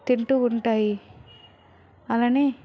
తింటూ ఉంటాయి అలానే